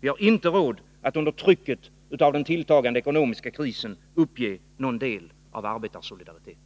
Vi har inte råd att under trycket av den tilltagande ekonomiska krisen uppge någon del av arbetarsolidariteten.